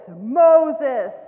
Moses